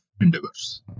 endeavors